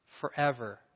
forever